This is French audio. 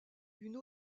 une